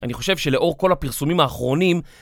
אני חושב שלאור כל הפרסומים האחרונים